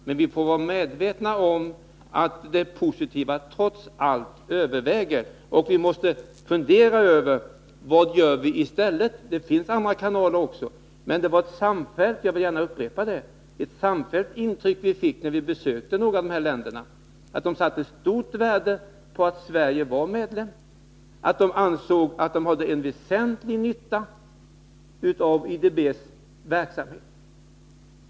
Men vi får vara medvetna om att det positiva överväger. Och vi måste fundera över vad vi kan göra i stället. Det finns andra kanaler också. Jag vill emellertid upprepa att när vi besökte några av dessa länder fick vi ett samfällt intryck av att de satte stort värde på att Sverige var medlem och att de ansåg att de hade en väsentlig nytta av IDB:s verksamhet.